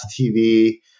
TV